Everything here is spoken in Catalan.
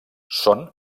són